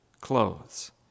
clothes